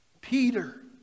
Peter